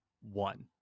one